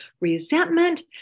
resentment